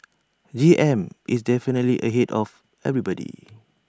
G M is definitely ahead of everybody